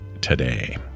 today